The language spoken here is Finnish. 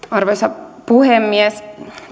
arvoisa puhemies